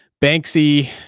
Banksy